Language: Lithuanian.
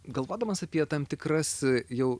galvodamas apie tam tikras jau